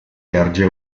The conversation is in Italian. erge